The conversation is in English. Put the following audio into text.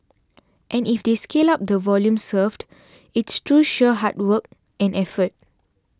and if they scale up the volume served it's through sheer hard work and effort